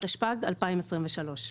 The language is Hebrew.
התשפ"ג-2023.